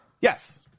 Yes